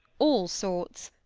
all sorts.